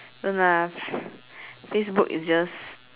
so nah facebook is just